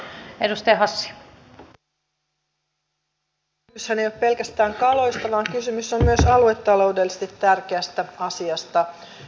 kysymyshän ei ole pelkästään kaloista vaan kysymys on myös aluetaloudellisesti tärkeästä asiasta